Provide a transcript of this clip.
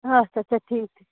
آچھا اچھا ٹھیٖک